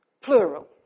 plural